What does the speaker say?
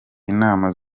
inama